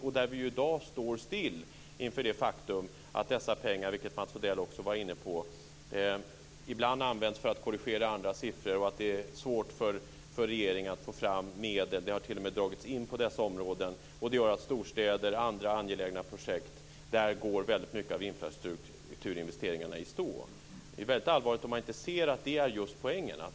Vi står ju i dag still inför det faktum att dessa pengar, vilket Mats Odell också var inne på, ibland används för att korrigera andra siffror och att det är svårt för regeringen att få fram medel. Det har t.o.m. dragits in på dessa områden. Det gör att när det gäller storstäder och andra angelägna projekt går mycket av infrastrukturinvesteringarna i stå. Det är väldigt allvarligt om man inte ser att det är poängen.